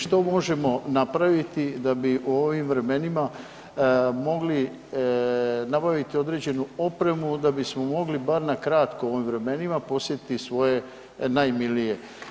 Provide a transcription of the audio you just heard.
Što možemo napraviti da bi u ovim vremenima mogli nabaviti određenu opremu da bismo mogli bar na kratko u ovim vremenima posjetiti svoje najmilije?